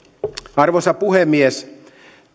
arvoisa puhemies